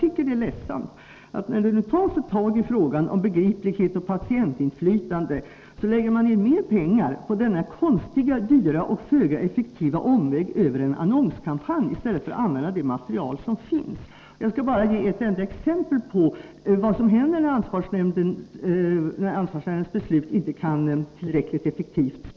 När det nu tas tag i frågan om begriplighet och patientinflytande tycker jag att det är ledsamt att man lägger ner mer pengar på denna konstiga, dyra och föga effektiva omväg över en annonskampanj i stället för att använda det material som finns. Jag skall bara ge ett enda exempel på vad som händer när ansvarsnämndens beslut inte kan spridas tillräckligt effektivt.